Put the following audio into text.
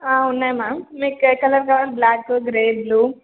ఉన్నాయి మ్యామ్ మీకు ఏ కలర్ కావాలి బ్లాక్ గ్రే బ్లూ